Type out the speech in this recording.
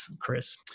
Chris